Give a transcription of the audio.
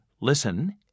listen